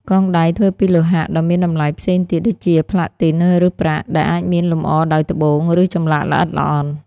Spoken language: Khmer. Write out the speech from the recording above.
កងដៃធ្វើពីលោហៈដ៏មានតម្លៃផ្សេងទៀត ដូចជាផ្លាទីន ឬប្រាក់ ដែលអាចមានលម្អដោយត្បូង ឬចម្លាក់ល្អិតល្អន់។